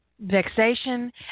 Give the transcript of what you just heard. vexation